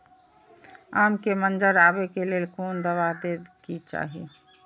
आम के मंजर आबे के लेल कोन दवा दे के चाही?